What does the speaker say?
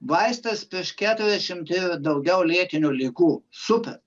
vaistas prieš keturiasdešimt ir daugiau lėtinių ligų super